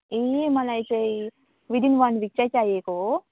ए मलाई चाहिँ within one week चाहिँ चाहिएको हो